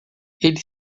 ele